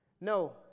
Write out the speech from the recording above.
No